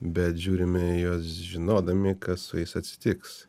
bet žiūrime į juos žinodami kas su jais atsitiks